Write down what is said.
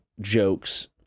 jokes